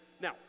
Now